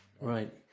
Right